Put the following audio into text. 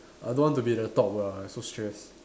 I don't want to be the top lah so stress